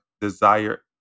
desire